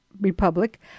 Republic